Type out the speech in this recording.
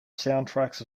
soundtracks